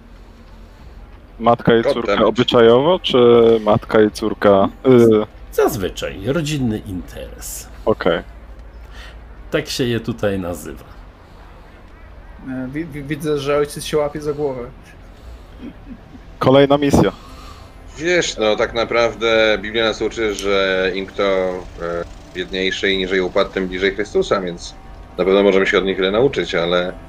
Matka i córka Potem. obyczajowo, czy matka i córka, y- Zazwyczaj, rodzinny interes. Okej. Tak się je tutaj nazywa. E, wi- wi- widzę, że ojciec się łapie za głowę. Kolejna misja. Wiesz, no, tak naprawdę Biblia nas uczy, że im kto, e, biedniejszy i niżej upadł, tym bliżej Chrystusa, więc na pewno możemy się od nich wiele nauczyć, ale-